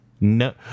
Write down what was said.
No